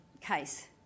case